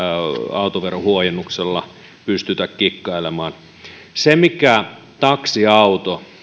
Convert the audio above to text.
autoverohuojennuksella pystytä kikkailemaan taksiauto